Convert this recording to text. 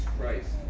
Christ